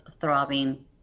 throbbing